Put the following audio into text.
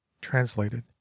translated